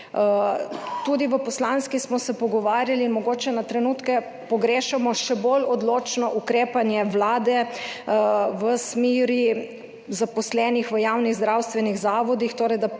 Tudi v poslanski skupini smo se pogovarjali in mogoče na trenutke pogrešamo še bolj odločno ukrepanje Vlade v smeri zaposlenih v javnih zdravstvenih zavodih, torej da